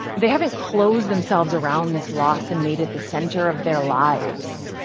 they haven't closed themselves around this loss and made it the center of their lives.